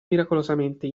miracolosamente